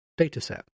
dataset